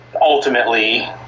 ultimately